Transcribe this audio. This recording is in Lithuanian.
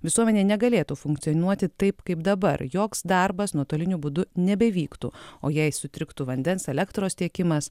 visuomenė negalėtų funkcionuoti taip kaip dabar joks darbas nuotoliniu būdu nebevyktų o jei sutriktų vandens elektros tiekimas